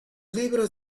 libros